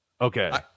okay